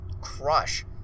crush